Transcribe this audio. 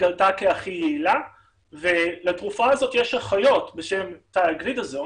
התגלתה כהכי יעילה ולתרופה הזאת יש אחיות בשם טאיגרידזון,